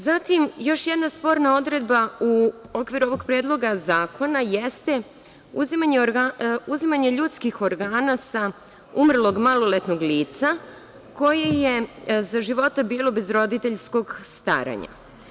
Zatim, još jedna sporna odredba u okviru ovog Predloga zakona jeste uzimanje ljudskih organa sa umrlog maloletnog lica, koje je za života bilo bez roditeljskog staranja.